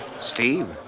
Steve